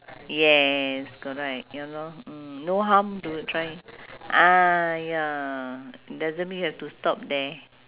yes correct ya lor mm no harm to try ah ya doesn't mean you have to stop there